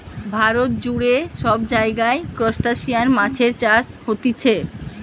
ভারত জুড়ে সব জায়গায় ত্রুসটাসিয়ান মাছের চাষ হতিছে